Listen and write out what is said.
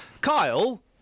Kyle